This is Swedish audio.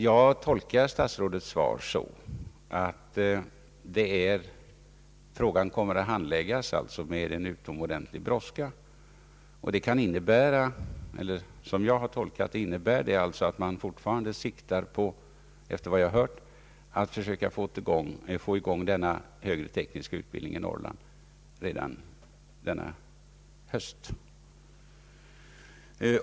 Jag tolkar statsrådets svar så, att frågan kommer att handläggas med utomordentlig brådska, och detta bekräftar vad jag hört, nämligen att man fortfarande siktar på att söka få i gång ifrågavarande högre tekniska utbildning i Norrland redan denna höst.